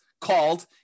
called